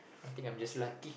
I think I'm just lucky